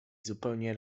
zupełnie